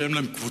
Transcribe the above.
שאין להם קבוצה.